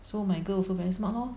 so my girl also very smart lor